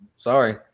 Sorry